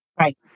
Right